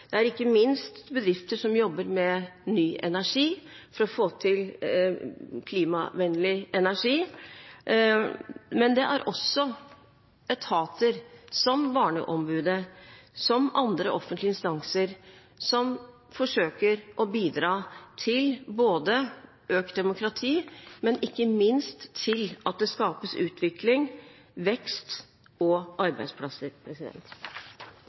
Det er ikke minst bedrifter som jobber med ny energi for å få til klimavennlig energi. Det er også etater, som Barneombudet og andre offentlige instanser, som forsøker å bidra til økt demokrati og ikke minst at det skapes utvikling, vekst og arbeidsplasser.